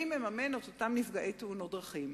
מי מממן את הטיפול בנפגעי תאונות דרכים.